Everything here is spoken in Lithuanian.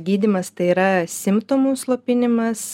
gydymas tai yra simptomų slopinimas